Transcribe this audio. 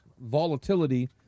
volatility